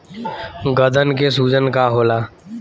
गदन के सूजन का होला?